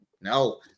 No